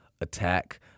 attack